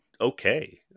okay